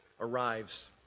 arrives